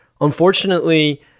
unfortunately